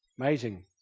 Amazing